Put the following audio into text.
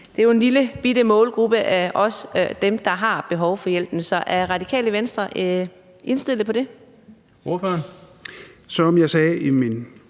det er jo en lillebitte målgruppe ud af dem, der har behov for hjælpen. Så er Det Radikale Venstre indstillet på det? Kl. 15:35 Den